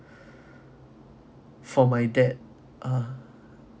for my dad ah